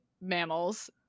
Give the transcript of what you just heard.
mammals